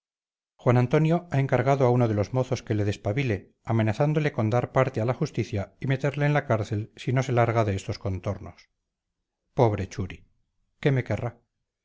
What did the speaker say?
juan antonio ha encargado a uno de los mozos que le despabile amenazándole con dar parte a la justicia y meterle en la cárcel si no se larga de estos contornos pobre churi qué me querrá